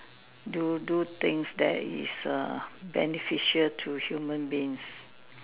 do do things that is err beneficial to human beings